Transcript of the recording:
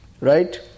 right